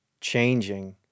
changing